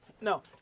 no